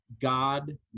God